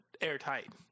airtight